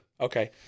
Okay